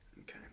okay